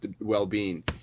well-being